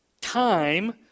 time